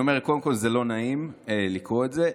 אז אני אומר, קודם כול זה לא נעים לקרוא את זה.